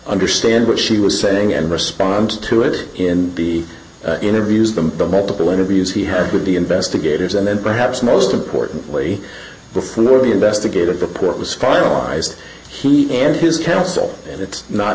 understand what she was saying and respond to it in the interviews them the multiple interviews he had with the investigators and perhaps most importantly before the investigative report was spiral ised he and his counsel and it's not